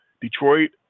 Detroit